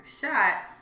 shot